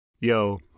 Yo